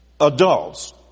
adults